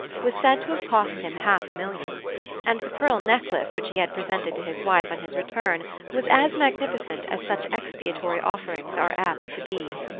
was said to have cost him half a million and the pearl necklace which he had presented to his wife on his return was as magnificent as such expiatory offerings are apt to be.